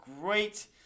great